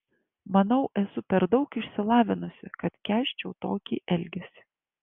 manau esu per daug išsilavinusi kad kęsčiau tokį elgesį